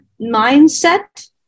mindset